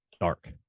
dark